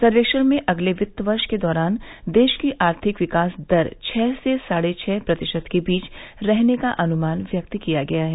सर्वेक्षण में अगले वित्त वर्ष के दौरान देश की आर्थिक विकास दर छह से साढ़े छह प्रतिशत के बीच रहने का अनुमान व्यक्त किया गया है